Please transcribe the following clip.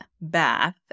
bath